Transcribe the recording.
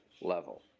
level